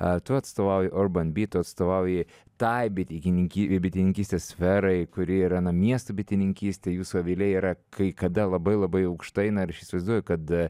a tu atstovauji urban bee tu atstovauji tai bitikininki bitininkystės sferai kuri yra na miesto bitininkystė jūsų aviliai yra kai kada labai labai aukštai na ir aš įsivaizduoju kad